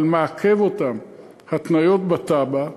אבל מעכבות אותם התניות בתב"ע,